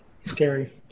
scary